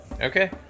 Okay